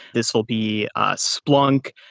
this'll be splunk.